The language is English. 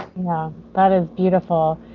that is beautiful.